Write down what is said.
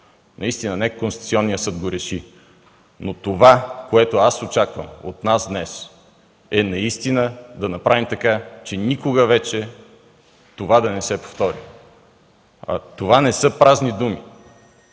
Наистина нека Конституционният съд го реши. Това, което очаквам от нас днес, е наистина да направим така, че това никога вече да не се повтори. Това не са празни думи.